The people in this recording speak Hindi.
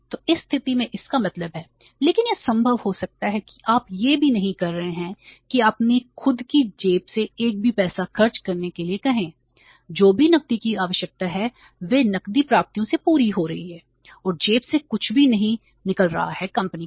तो इस स्थिति में इसका मतलब है लेकिन यह संभव हो सकता है कि आप यह भी नहीं कह रहे हैं कि अपनी खुद की जेब से एक भी पैसा खर्च करने के लिए कहें जो भी नकदी की आवश्यकता है वह नकदी प्राप्तियों से पूरी हो रही है और जेब से कुछ भी नहीं निकल रहा है कंपनी का